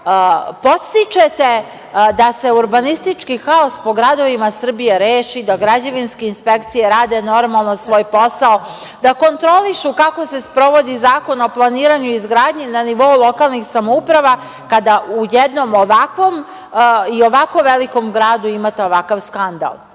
podstičete da se urbanistički haos po gradovima Srbije reši, da građevinske inspekcije rade normalno svoj posao, da kontrolišu kako se sprovodi Zakon o planiranju i izgradnji, na nivou lokalnih samouprava kada u jednom ovakvom i ovako velikom gradu imate ovakav skandal. Da